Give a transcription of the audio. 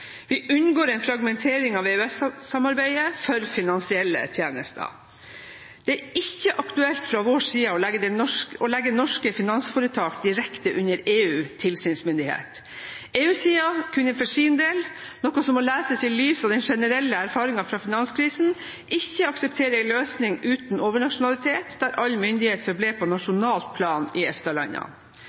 Vi unngår en fragmentering av EØS-samarbeidet for finansielle tjenester. Det er ikke aktuelt fra vår side å legge norske finansforetak direkte under EU-tilsynsmyndighet. EU-siden kunne for sin del, noe som må ses i lys av den generelle erfaringen fra finanskrisen, ikke akseptere en løsning uten overnasjonalitet der all myndighet forble på nasjonalt plan i